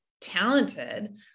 talented